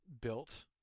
built